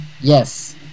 Yes